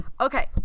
Okay